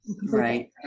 Right